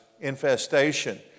infestation